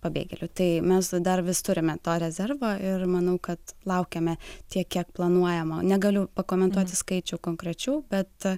pabėgėlių tai mes dar vis turime to rezervo ir manau kad laukiame tiek kiek planuojama negaliu pakomentuoti skaičių konkrečiau bet